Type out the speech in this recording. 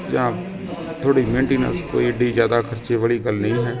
ਜਾਂ ਥੋੜ੍ਹੀ ਮੈਟੀਨੈਸ ਕੋਈ ਐਡੀ ਜ਼ਿਆਦਾ ਖਰਚੇ ਵਾਲੀ ਗੱਲ ਨਹੀਂ ਹੈ